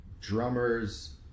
Drummers